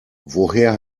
woher